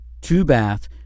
two-bath